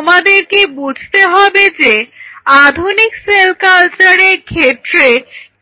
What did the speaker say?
এখন তোমাদেরকে বুঝতে হবে যে আধুনিক সেল কালচারের ক্ষেত্রে